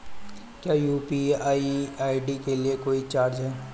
क्या UPI ID के लिए कोई चार्ज है?